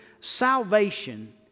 salvation